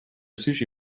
sushi